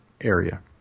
Area